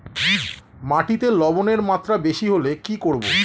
মাটিতে লবণের মাত্রা বেশি হলে কি করব?